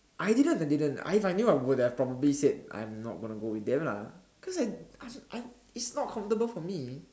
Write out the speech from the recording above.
I didn't I didn't I if I knew I would have probably said I'm not going to go with them lah cause I I I it's not comfortable for me